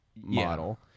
model